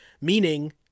Meaning